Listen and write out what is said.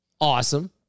Awesome